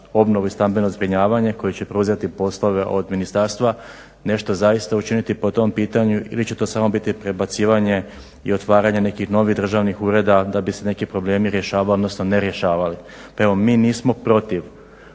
obnovu i stambeno zbrinjavanje koji će preuzeti poslove od ministarstva nešto zaista učiniti po tom pitanju ili će to samo biti prebacivanje i otvaranje nekih novih državnih ureda da bi se neki problemi rješavali, odnosno ne rješavali. Pa evo, mi nismo protiv